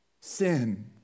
sin